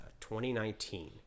2019